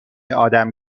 آدم